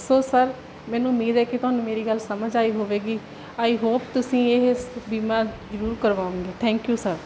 ਸੋ sir ਮੈਨੂੰ ਉਮੀਦ ਹੈ ਕਿ ਤੁਹਾਨੂੰ ਮੇਰੀ ਗੱਲ ਸਮਝ ਆਈ ਹੋਵੇਗੀ ਆਈ ਹੋਪ ਤੁਸੀਂ ਇਹ ਸ ਬੀਮਾ ਜਰੂਰ ਕਰਵਾਉਗੇ ਥੈਂਕ ਯੂ ਸਰ